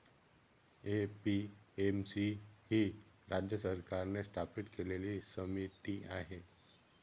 APMC ही राज्य सरकारने स्थापन केलेली समिती आहे